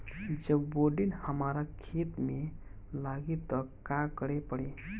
जब बोडिन हमारा खेत मे लागी तब का करे परी?